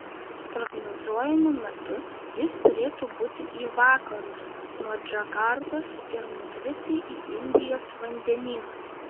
prognozuojamu metu jis turėtų būti į vakarus nuo džakartos ir nukristi į indijos vandenyną